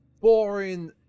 boring